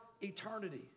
eternity